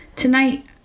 Tonight